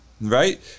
right